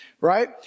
right